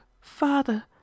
father